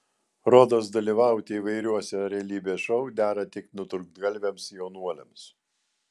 rodos dalyvauti įvairiuose realybės šou dera tik nutrūktgalviams jaunuoliams